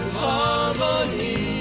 harmony